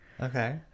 Okay